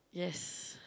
yes